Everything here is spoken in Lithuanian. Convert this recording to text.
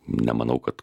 nemanau kad